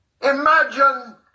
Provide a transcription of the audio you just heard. Imagine